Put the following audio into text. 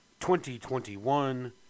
2021